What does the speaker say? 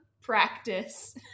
Practice